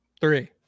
Three